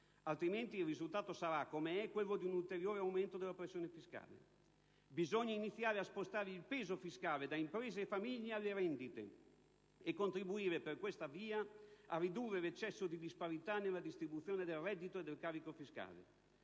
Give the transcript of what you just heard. Altrimenti, il risultato sarà, come è, quello di un ulteriore aumento della pressione fiscale. Bisogna iniziare a spostare il peso fiscale da imprese e famiglie alle rendite, e contribuire per questa via a ridurre l'eccesso di disparità nella distribuzione del reddito e del carico fiscale.